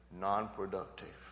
non-productive